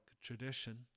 tradition